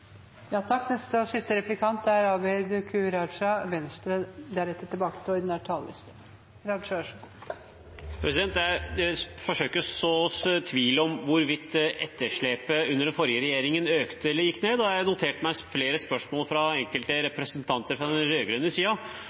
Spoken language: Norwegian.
så tvil om hvorvidt etterslepet under den forrige regjeringen økte eller gikk ned – jeg har notert meg flere spørsmål fra enkelte representanter fra den